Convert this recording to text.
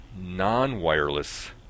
non-wireless